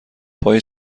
پای